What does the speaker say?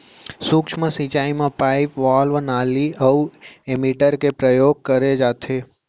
सूक्ष्म सिंचई म पाइप, वाल्व, नाली अउ एमीटर के परयोग करे जाथे